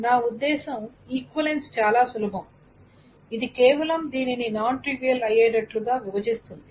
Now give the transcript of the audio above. నా ఉద్దేశ్యం ఈక్వలెన్స్ చాలా సులభం ఇది కేవలం దీనిని నాన్ ట్రివియల్ అయ్యేటట్లు విభజిస్తుంది